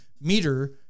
meter